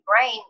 brain